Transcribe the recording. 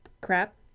crap